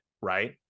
right